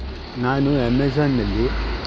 ನಾನು ಅಮೇಜಾನ್ನಲ್ಲಿ